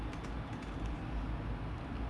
this one very